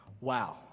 wow